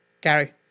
Gary